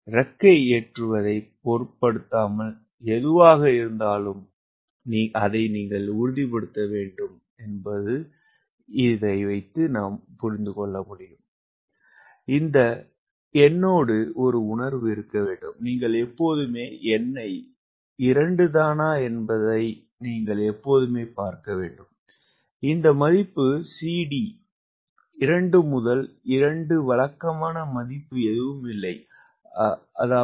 இறக்கை ஏற்றுவதைப் பொருட்படுத்தாமல் எதுவாக இருந்தாலும் அதை நீங்கள் உறுதிப்படுத்த வேண்டும் இந்த எண்ணோடு ஒரு உணர்வு இருக்க வேண்டும் நீங்கள் எப்போதுமே n ஐ 2 தானா என்பதை நீங்கள் எப்போதுமே பார்க்கனும் இந்த மதிப்பு CD 2 முதல் 2 வழக்கமான மதிப்பு எதுவுமில்லை 0